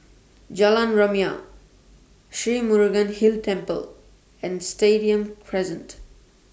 Jalan Rumia Sri Murugan Hill Temple and Stadium Crescent